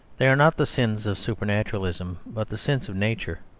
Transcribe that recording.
they are not the sins of supernaturalism, but the sins of nature.